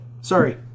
sorry